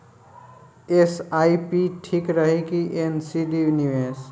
SIP ठीक रही कि एन.सी.डी निवेश?